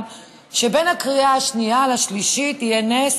שבין הקריאה השנייה לשלישית יהיה נס,